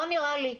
לא נראה לי,